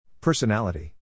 Personality